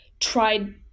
tried